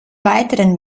weiteren